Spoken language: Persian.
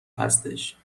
هستش